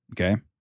okay